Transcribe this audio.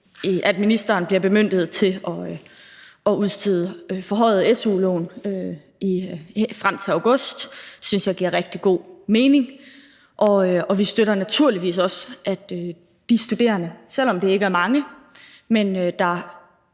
at ministeren bliver bemyndiget til at udstede forhøjede su-lån frem til august. Det synes jeg giver rigtig god mening. Og vi støtter naturligvis også, at de studerende – selv om det ikke er mange, der er